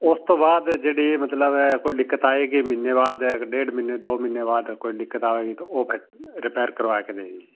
ਉਸ ਤੋਂ ਬਾਅਦ ਜਿਹੜੇ ਮਤਲਬ ਹੈ ਕੋਈ ਦਿੱਕਤ ਆਵੇਗੀ ਮਹੀਨੇ ਬਾਅਦ ਡੇਢ ਮਹੀਨੇ ਦੋ ਮਹੀਨੇ ਬਾਅਦ ਕੋਈ ਦਿੱਕਤ ਆਵੇਗੀ ਤਾਂ ਉਹ ਫਿਰ ਰਿਪੇਅਰ ਕਰਵਾ ਕੇ ਦੇਣੀ ਜੀ